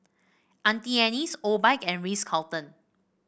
Auntie Anne's Obike and Ritz Carlton